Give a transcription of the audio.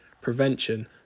prevention